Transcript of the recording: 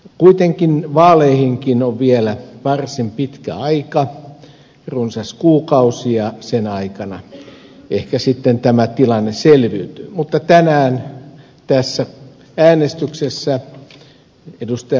kuitenkin vaaleihinkin on vielä varsin pitkä aika runsas kuukausi ja sinä aikana ehkä sitten tämä tilanne selkeytyy mutta tänään tässä äänestyksessä ed